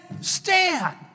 stand